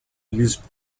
used